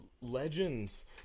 legends